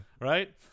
Right